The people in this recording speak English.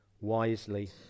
wisely